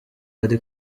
ari